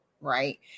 Right